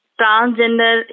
transgender